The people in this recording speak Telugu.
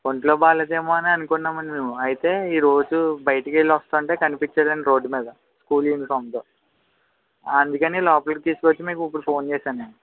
ఒంట్లో బాగాలేదేమో అని అనుకున్నాం అండి మేము అయితే ఈ రోజు బయటకెళ్ళి వస్తుంటే కనిపించాడు అండి రోడ్ మీద స్కూల్ యూనిఫామ్తో అందుకని లోపలికి తీసుకుని వచ్చి మీకు ఇప్పుడు ఫోన్ చేసాను నేను